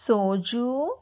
soju